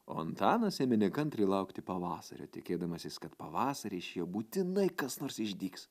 o antanas ėmė nekantriai laukti pavasario tikėdamasis kad pavasarį iš jo būtinai kas nors išdygs